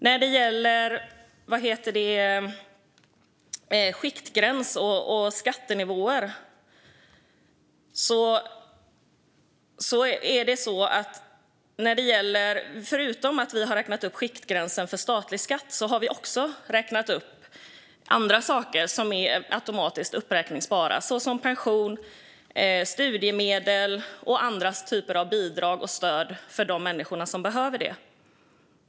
När det gäller skiktgräns och skattenivåer har vi förutom att räkna upp skiktgränsen för statlig skatt räknat upp andra saker som är automatiskt uppräkningsbara, såsom pensioner och studiemedel och andra typer av bidrag och stöd för de människor som behöver det.